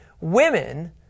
women